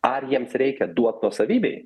ar jiems reikia duot nuosavybėj